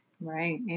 Right